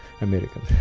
American